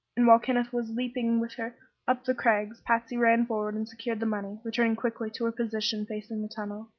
and while kenneth was leaping with her up the crags patsy ran forward and secured the money, returning quickly to her position facing the tunnel.